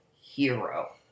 hero